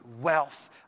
wealth